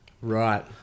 Right